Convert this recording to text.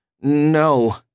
no